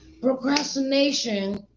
Procrastination